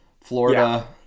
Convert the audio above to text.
Florida